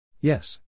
Yes